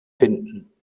finden